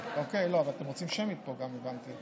אוקיי, אבל אתם רוצים שמית גם פה, הבנתי.